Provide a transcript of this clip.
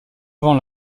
avant